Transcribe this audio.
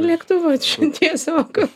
lėktuvą čia tiesiog